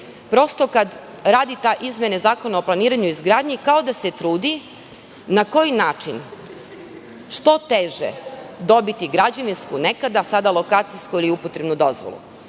nje, kada radi izmene Zakona o planiranju i izgradnji, kao da se trudi – na koji način što teže dobiti građevinsku nekada, sada lokacijsku ili upotrebnu dozvolu.